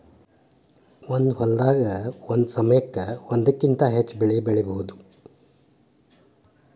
ಒಂದ ಹೊಲದಾಗ ಒಂದ ಸಮಯಕ್ಕ ಒಂದಕ್ಕಿಂತ ಹೆಚ್ಚ ಬೆಳಿ ಬೆಳಿಯುದು